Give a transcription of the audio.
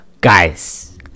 guys